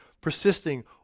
persisting